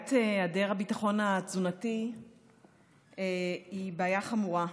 בעיית היעדר הביטחון התזונתי היא בעיה חמורה,